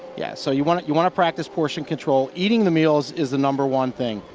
yeah so you want you want to practice portion control. eating the meals is the number one thing.